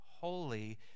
holy